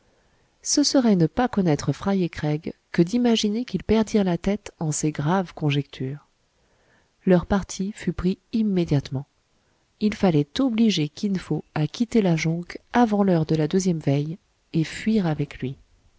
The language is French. ce serait ne pas connaître fry et craig que d'imaginer qu'ils perdirent la tête en ces graves conjonctures leur parti fut pris immédiatement il fallait obliger kin fo à quitter la jonque avant l'heure de la deuxième veille et fuir avec lui